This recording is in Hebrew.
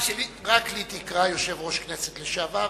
רק לי תקרא "יושב-ראש כנסת לשעבר",